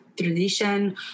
tradition